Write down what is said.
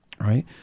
right